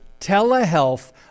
telehealth